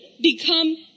become